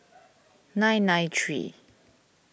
nine nine three